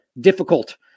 difficult